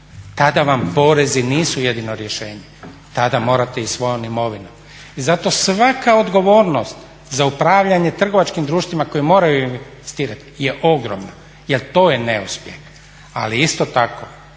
kada vam porezi nisu jedino rješenje tada morate i svojom imovinom. I zato svaka odgovornost za upravljanje trgovačkim društvima koji moraju investirati je ogromna, jer to je neuspjeh. Ali isto tako